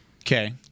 Okay